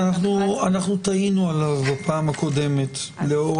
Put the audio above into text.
אנחנו תהינו על כך בפעם הקודמת לאור